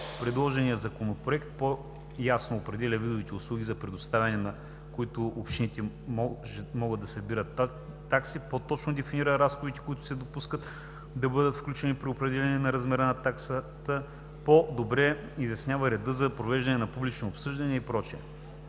Предложеният Законопроект по-ясно определя видовете услуги за предоставяне, за които общините могат да събират такси, по-точно дефинира разходите, които се допускат, да бъдат включени при определяне размера на такса, по-добре изяснява реда за провеждане на публично обсъждане и прочие.